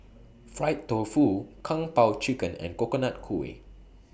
Fried Tofu Kung Po Chicken and Coconut Kuih